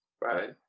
right